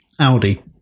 Audi